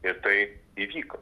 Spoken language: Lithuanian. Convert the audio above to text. ir tai įvyko